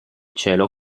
cielo